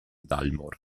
dalmor